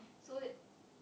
so